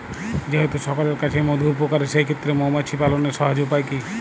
যেহেতু সকলের কাছেই মধু উপকারী সেই ক্ষেত্রে মৌমাছি পালনের সহজ উপায় কি?